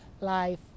life